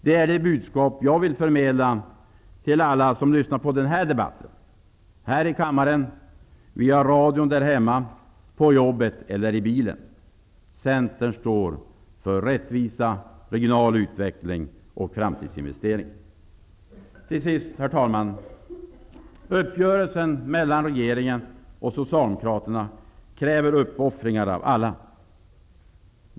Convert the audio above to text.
Det är det budskap jag vill förmedla till alla dem som lyssnar på den här debatten -- här i kammaren, via radion, på jobbet eller i bilen -- Centern står för rättvisa, regional utveckling och framtidsinvestering. Till sist, herr talman, vill jag säga att uppgörelsen mellan regeringen och Socialdemokraterna kräver uppoffringar av alla.